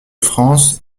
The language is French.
france